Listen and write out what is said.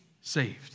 saved